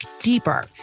deeper